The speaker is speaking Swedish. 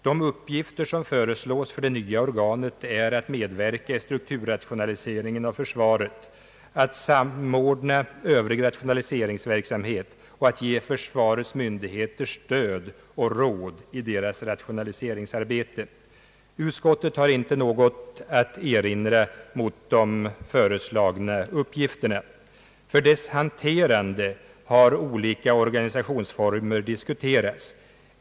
De uppgifter som föreslås för det nya organet är att medverka vid strukturrationaliseringen av försvaret, att samordna övrig rationaliseringsverksamhet och att ge försvarets myndigheter stöd och i deras rationaliseringsarbete. Utskottet har inte något att erinra mot de föreslagna uppgifterna. För deras hanterande har olika organisationsformer diskuterats.